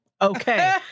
okay